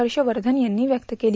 हर्ष वर्षन यांनी व्यक्त केली